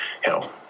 hell